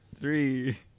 Three